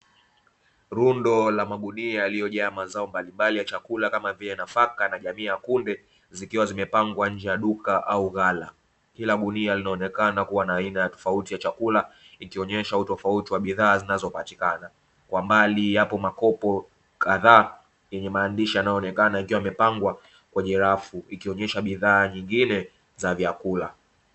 Rundo la magunia yaliyojaa mazao mbalimbali ya chakula kama vile nafaka na jamii ya kunde, zikiwa zimepangwa nje ya duka au ghala. Kila gunia linaonekana kuwa na aina tofauti ya chakula, ikionyesha utofauti wa bidhaa zinazopatikana. Kwa mbali yapo makopo kadhaa yenye maandishi yanayoonekana yakiwa yamepambwa kwenye rafu, ikionyesha bidhaa nyingine za vyakula.